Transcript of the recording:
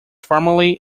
formerly